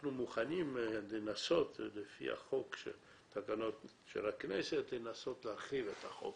אנחנו מוכנים לפי התקנות של הכנסת לנסות להחיל את החוק,